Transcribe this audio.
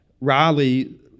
riley